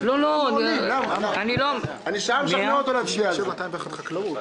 201. חקלאות.